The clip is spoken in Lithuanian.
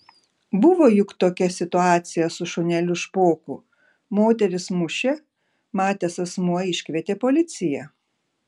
buvo juk tokia situacija su šuneliu špoku moteris mušė matęs asmuo iškvietė policiją